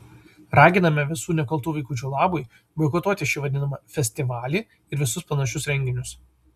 raginame visų nekaltų vaikučių labui boikotuoti šį vadinamą festivalį ir visus panašius renginius